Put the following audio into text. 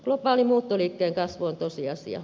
globaalin muuttoliikkeen kasvu on tosiasia